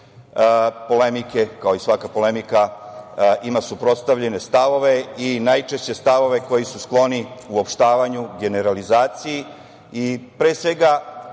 javnosti. Polemike, kao i svaka polemika ima suprotstavljene stavove i najčešće stavove koji su skloni uopštavanju, generalizaciji i pre svega